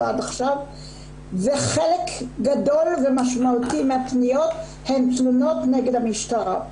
חלק גדול ומשמעותי מהפניות הן תלונות נגד המשטרה.